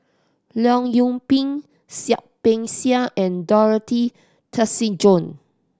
Leong Yoon Pin Seah Peck Seah and Dorothy Tessensohn